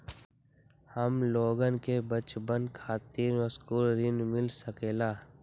हमलोगन के बचवन खातीर सकलू ऋण मिल सकेला?